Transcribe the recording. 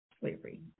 slavery